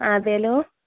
ആ അതെയല്ലോ